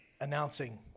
announcing